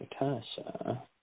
Natasha